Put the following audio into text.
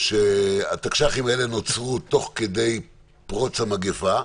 שהתקש"חים האלה נוצרו תוך כדי פרוץ המגיפה,